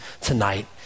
tonight